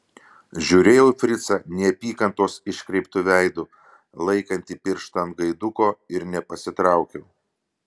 žiūrėjau į fricą neapykantos iškreiptu veidu laikantį pirštą ant gaiduko ir nepasitraukiau